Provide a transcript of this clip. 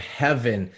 heaven